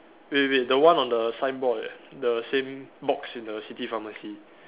wait wait the one on the signboard leh the same box in the city pharmacy